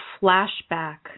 flashback